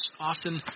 Often